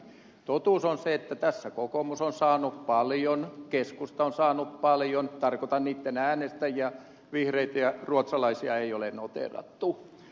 totuus on se että tässä kokoomus on saanut paljon keskusta on saanut paljon tarkoitan niitten äänestäjiä vihreitä ja ruotsalaisia ei ole noteerattu